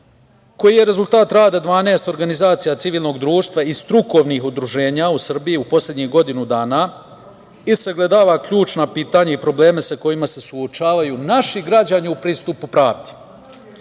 koji je rezultat rada 12 organizacije civilnog društva i strukovnih udruženja u Srbiji u poslednjih godinu dana i sagledava ključna pitanja i probleme sa kojima se suočavaju naši građani u pristupu pravdi.